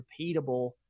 repeatable